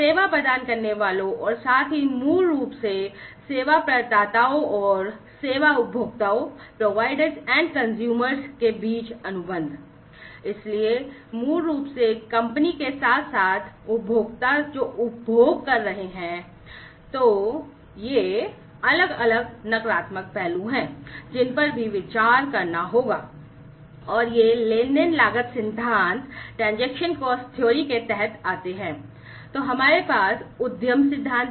सेवा प्रदान करने वालों और साथ ही मूल रूप से सेवा प्रदाताओं है